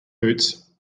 boots